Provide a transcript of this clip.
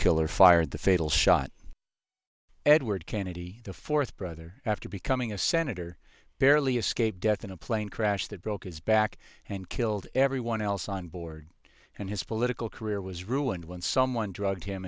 killer fired the fatal shot edward kennedy the fourth brother after becoming a senator barely escaped death in a plane crash that broke his back and killed everyone else on board and his political career was ruined when someone